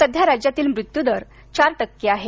सध्या राज्यातील मृत्यूदर चार टक्के आहे